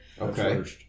Okay